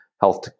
Health